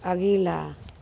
अगिला